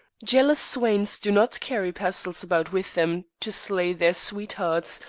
jealous swains do not carry pestles about with them to slay their sweethearts,